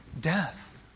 Death